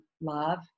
love